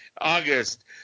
August